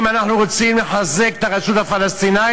אם אנחנו רוצים לחזק את הרשות הפלסטינית,